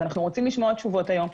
אנו רוצים לשמוע תשובות היום.